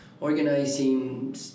organizing